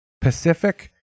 Pacific